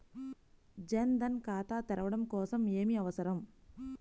జన్ ధన్ ఖాతా తెరవడం కోసం ఏమి అవసరం?